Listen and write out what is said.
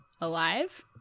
alive